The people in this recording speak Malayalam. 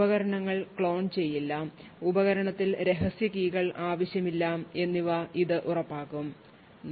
ഉപകരണങ്ങൾ ക്ലോൺ ചെയ്യില്ല ഉപകരണത്തിൽ രഹസ്യ കീ ആവശ്യമില്ല എന്നിവ ഇത് ഉറപ്പാക്കും